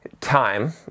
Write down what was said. Time